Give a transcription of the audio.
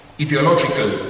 ideological